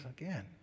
again